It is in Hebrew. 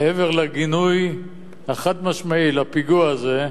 שמעבר לגינוי החד-משמעי לפיגוע הזה,